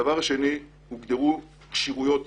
הדבר השני, הוגדרו כשירויות.